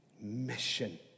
mission